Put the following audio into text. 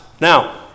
Now